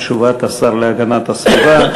תשובת השר להגנת הסביבה,